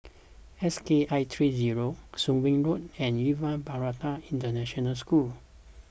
S K I three six zero Soon Wing Road and Yuva Bharati International School